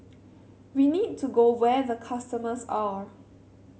we need to go where the customers are